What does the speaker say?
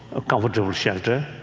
of comfortable shelter,